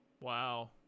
Wow